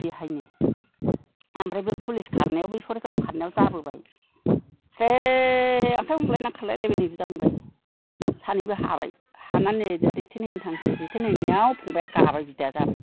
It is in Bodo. बेहायनो आमफ्राय बे फुलिस खारनायाव बै सराइखेलायाव खारनायाव जाबोबाय से आखाय हमलायना खारलायलायबायनो बिदा फंबाय सानैबो हाबाय हानानै दा रिथेन होनो थांसै रिथेन हैनायाव फंबाया गाबाय बिदाया जाबाय